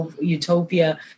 utopia